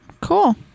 Cool